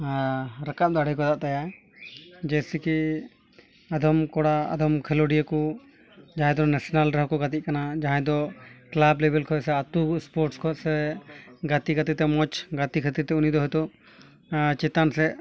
ᱨᱟᱠᱟᱵ ᱫᱟᱲᱮ ᱟᱠᱟᱫᱟ ᱛᱟᱭᱟᱭ ᱡᱮᱭᱥᱮᱠᱤ ᱟᱫᱚᱢ ᱠᱚᱲᱟ ᱟᱫᱚᱢ ᱠᱷᱮᱞᱚᱰᱤᱭᱟᱹ ᱠᱚ ᱡᱟᱦᱟᱸᱭ ᱫᱚ ᱱᱮᱥᱱᱟᱞ ᱨᱮᱦᱚᱸ ᱠᱚ ᱜᱟᱛᱮᱜ ᱠᱟᱱᱟ ᱡᱟᱦᱟᱸᱭ ᱫᱚ ᱠᱞᱟᱵᱽ ᱞᱮᱵᱮᱞ ᱥᱮ ᱟᱛᱳ ᱥᱯᱳᱨᱴᱥ ᱠᱚ ᱥᱮ ᱜᱟᱛᱮ ᱜᱟᱛᱮᱛᱮ ᱢᱚᱡᱽ ᱜᱟᱛᱮ ᱠᱷᱟᱹᱛᱤᱨᱛᱮ ᱩᱱᱤᱫᱚ ᱦᱚᱭᱛᱚ ᱪᱮᱛᱟᱱ ᱥᱮᱫ